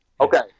Okay